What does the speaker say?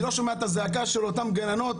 אני לא שומע את הזעקה של אותן גננות,